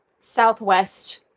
southwest